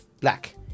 black